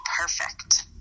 perfect